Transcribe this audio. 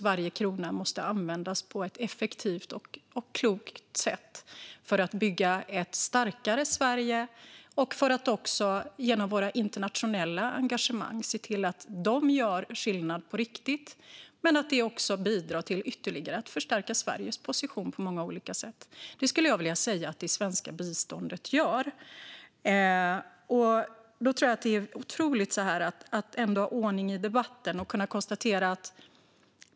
Varje krona måste användas på ett effektivt och klokt sätt för att bygga ett starkare Sverige, och våra internationella engagemang ska göra skillnad på riktigt men också bidra till att förstärka Sveriges position på olika sätt. Det vill jag påstå att det svenska biståndet gör.